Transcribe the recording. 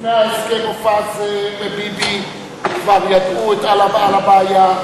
לפני ההסכם מופז וביבי כבר ידעו על הבעיה,